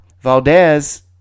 Valdez